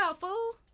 fool